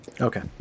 Okay